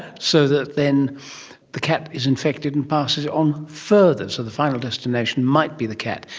so that then the cat is infected and passes it on further. so the final destination might be the cat.